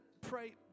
pray